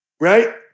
Right